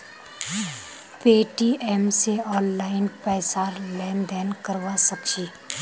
Paytm स online पैसार लेन देन करवा सक छिस